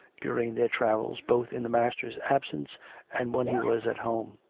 during their travels, both in the master's absence and when he was at home.